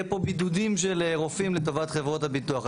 פה בידודים של רופאים לטובת חברות ביטוח.